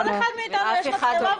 לכל אחד מאיתנו יש מצלמה,